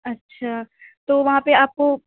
اچھا تو وہاں پہ آپ کو